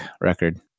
record